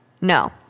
no